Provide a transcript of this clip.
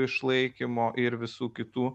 išlaikymo ir visų kitų